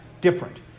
different